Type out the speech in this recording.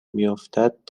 میافتد